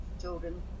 children